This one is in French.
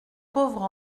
pauvre